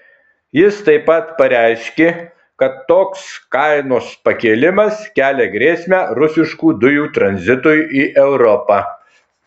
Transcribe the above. jis taip pat pareiškė kad toks kainos pakėlimas kelia grėsmę rusiškų dujų tranzitui į europą